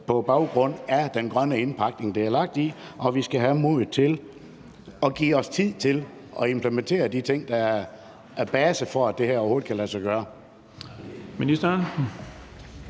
på baggrund af den grønne indpakning, det er lagt i, og vi skal have modet til og give os tid til at implementere de ting, der er basis for, at det her overhovedet kan lade sig gøre.